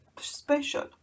special